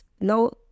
no